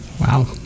Wow